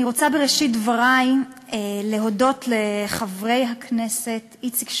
אני רוצה בראשית דברי להודות לחברי הכנסת איציק שמולי,